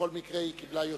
בכל מקרה היא קיבלה יותר.